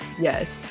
yes